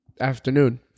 afternoon